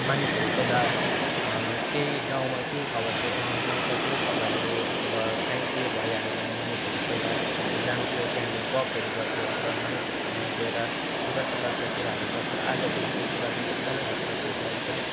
मानिसहरू पहिला केही गाउँमा केही खबरहरू गाउँका केही खबरहरू अथवा काहीँ केही भइहाल्यो भने मानिसहरू पहिला जान्थ्यो त्यहाँनिर गफहरू गर्थ्यो अथवा मानिसहरूसँग गएर दुःखसुखका कुराहरू गर्थ्यो आजभोलि त्यो कुरा पनि एकदमै हटेर गइसकेको छ